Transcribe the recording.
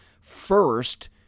first